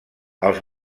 els